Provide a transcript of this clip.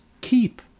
keep